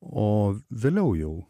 o vėliau jau